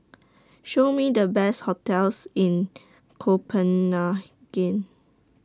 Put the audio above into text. Show Me The Best hotels in Copenhagen